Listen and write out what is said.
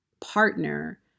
partner